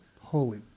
holy